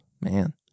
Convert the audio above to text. Man